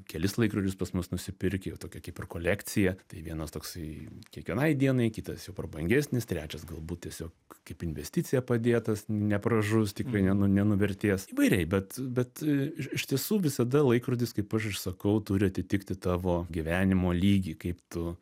kelis laikrodžius pas mus nusipirkę jau tokią kaip ir kolekciją tai vienas toksai kiekvienai dienai kitas jau prabangesnis trečias galbūt tiesiog kaip investicija padėtas nepražus tikrai nenu nenuvertės įvairiai bet bet iš tiesų visada laikrodis kaip aš ir sakau turi atitikti tavo gyvenimo lygį kaip tu